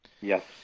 Yes